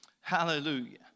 Hallelujah